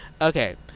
Okay